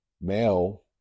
male